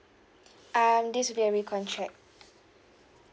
um this will be a recontract